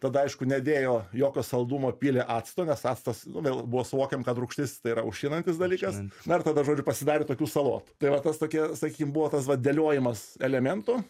tada aišku nedėjo jokio saldumo pylė acto nes actas vėl buvo suvokiama kad rūgštis tai yra aušinantis dalykas na ir tada žodžiu pasidarė tokių salotų tai vat tas tokie sakykim buvo tas vat dėliojimas elementų